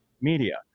Media